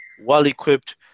well-equipped